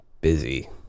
busy